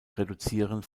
reduzieren